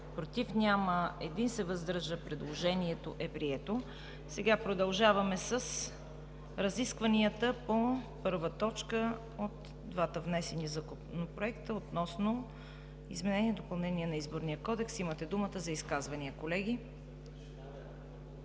против няма, въздържал се 1. Предложението е прието. Сега продължаваме с разискванията по двата внесени законопроекта относно изменение и допълнение на Изборния кодекс. Имате думата за изказвания, колеги.